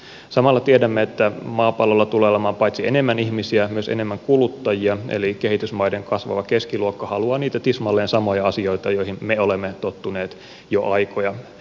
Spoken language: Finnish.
samalla tiedämme että maapallolla tulee olemaan paitsi enemmän ihmisiä myös enemmän kuluttajia eli kehitysmaiden kasvava keskiluokka haluaa niitä tismalleen samoja asioita joihin me olemme tottuneet jo aikoja